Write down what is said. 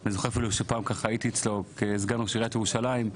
אני זוכר שהייתי אצלו כסגן ראש עיריית ירושלים,